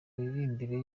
miririmbire